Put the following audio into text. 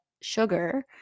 sugar